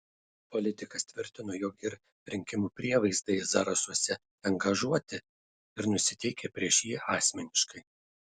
politikas tvirtino jog ir rinkimų prievaizdai zarasuose angažuoti ir nusiteikę prieš jį asmeniškai